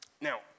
Now